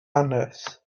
hanes